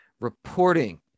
Reporting